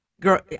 girl